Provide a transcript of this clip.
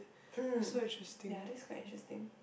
mm ya that's quite interesting